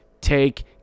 take